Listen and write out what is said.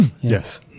Yes